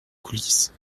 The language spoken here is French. coulisse